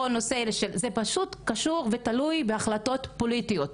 זה אך ורק קשור ותלוי בהחלטות פוליטיות,